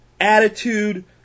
attitude